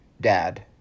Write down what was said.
dad